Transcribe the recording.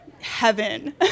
heaven